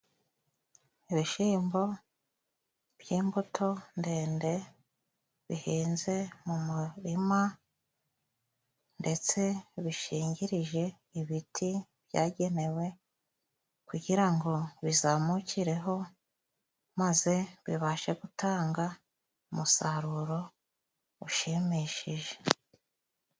Ibishimbo by'imbuto ndende bihinze mu murima ndetse bishingirije ibiti byagenewe kugira ngo bizamukireho, maze bibashe gutanga umusaruro ushimishije.